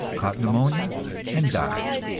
caught pneumonia and died